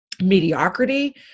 mediocrity